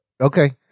Okay